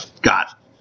got